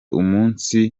umunsi